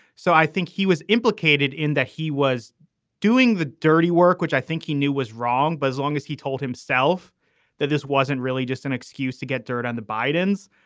so i think he was implicated in that. he was doing the dirty work, which i think he knew was wrong. but as long as he told himself that this wasn't really just an excuse to get dirt on the bidens,